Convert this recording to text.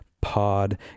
pod